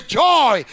joy